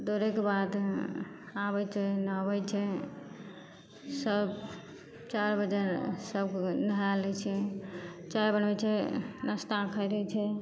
दौड़ैके बाद आबै छै नहबै छै सभ चारि बजे सभ नहै लै छै चाइ बनबै छै नाश्ता करै छै